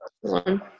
One